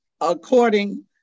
according